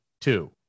two